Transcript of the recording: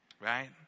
right